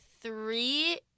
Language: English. three